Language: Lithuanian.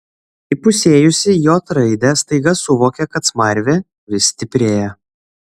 įpusėjusi j raidę staiga suvokė kad smarvė vis stiprėja